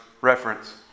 reference